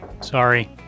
Sorry